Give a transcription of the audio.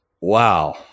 wow